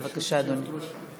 בבקשה, אדוני.